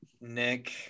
Nick